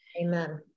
Amen